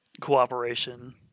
cooperation